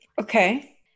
Okay